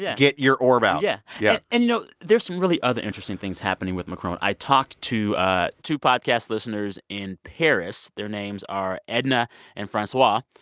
yeah get your orb out yeah yeah and, you know, there's some really other interesting things happening with macron. i talked to two podcast listeners in paris. their names are edna and francois.